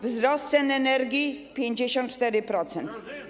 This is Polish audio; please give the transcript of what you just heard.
Wzrost cen energii - 54%.